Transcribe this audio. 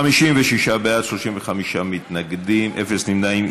56 בעד, 35 מתנגדים, אין נמנעים.